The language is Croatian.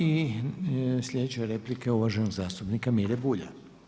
I sljedeća replika je uvaženog zastupnika Mire Bulja.